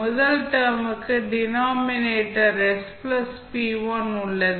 முதல் டெர்ம் க்கு denominator s p1 உள்ளது